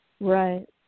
Right